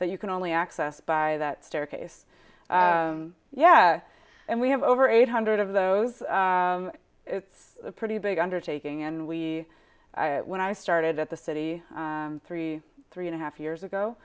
that you can only access by that staircase yeah and we have over eight hundred of those it's a pretty big undertaking and we when i started at the city three three and a half years ago